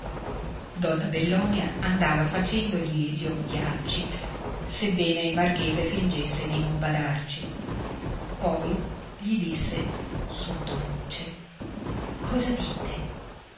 donna bellonia andava facendogli li occhiacci sebbene il marchese fingesse di non badarci poi gli disse sottovoce cosa dite